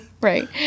right